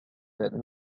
that